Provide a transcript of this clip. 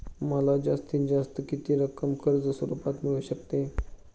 मला जास्तीत जास्त किती रक्कम कर्ज स्वरूपात मिळू शकते?